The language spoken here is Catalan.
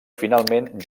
finalment